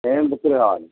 ఏమేమి బుక్కులు కావాలి